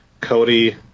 Cody